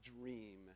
dream